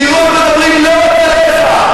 תראו איך מדברים, לא רק עליך.